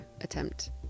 attempt